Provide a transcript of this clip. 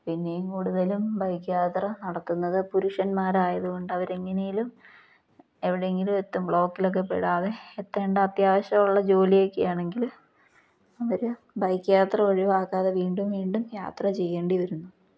പിന്നെയും കൂടുതലും ബൈക്ക് യാത്ര നടത്തുന്നത് പുരുഷന്മാരായത് കൊണ്ട് അവരെങ്ങനെയെങ്കിലും എവിടെയെങ്കിലും എത്തും ബ്ലോക്കിലൊക്കെ പെടാതെ എത്തേണ്ട അത്യാവശ്യമുള്ള ജോലിയൊക്കെയാണെങ്കിൽ അവർ ബൈക്ക് യാത്ര ഒഴിവാക്കാതെ വീണ്ടും വീണ്ടും യാത്ര ചെയ്യേണ്ടി വരുന്നു